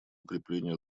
укреплению